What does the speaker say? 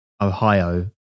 Ohio